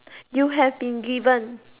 you have been given